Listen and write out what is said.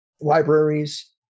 libraries